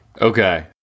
okay